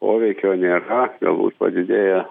poveikio nėra realus padidėja